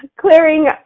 clearing